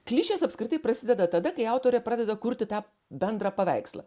klišės apskritai prasideda tada kai autorė pradeda kurti tą bendrą paveikslą